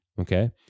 okay